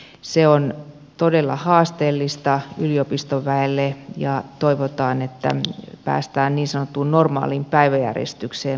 se on todella haasteellista yliopistoväelle ja toivotaan että päästään niin sanottuun normaaliin päiväjärjestykseen mahdollisimman pian